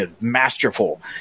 masterful